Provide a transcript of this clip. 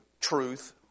truth